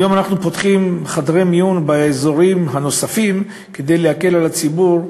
היום אנחנו פותחים חדרי מיון באזורים נוספים כדי להקל על הציבור,